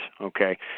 okay